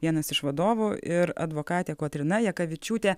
vienas iš vadovų ir advokatė kotryna jakavičiūtė